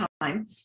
time